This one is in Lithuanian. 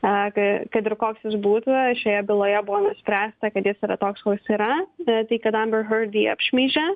e kad ir koks jis būtų šioje byloje buvo nuspręsta kad jis yra toks koks yra tai kad amber herd jį apšmeižė